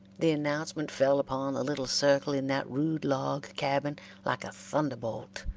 the announcement fell upon the little circle in that rude-log cabin like a thunderbolt.